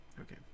okay